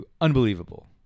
unbelievable